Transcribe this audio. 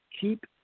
keep